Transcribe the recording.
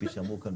כפי שאמרו כאן,